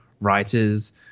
writers